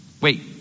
Wait